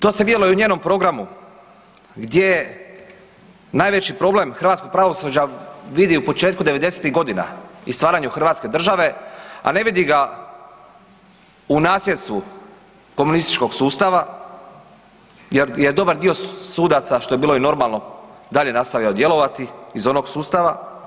To se vidjelo i u njenom programu gdje najveći problem hrvatskog pravosuđa vidi u početku 90-tih godina i stvaranju Hrvatske države, a ne vidi ga u nasljedstvu komunističkog sustava jer dobar dio sudaca što je bilo i normalno dalje je nastavio djelovati iz onog sustava.